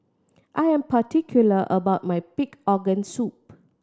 I am particular about my pig organ soup